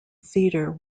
theatre